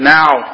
now